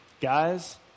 guys